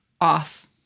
off